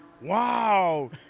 wow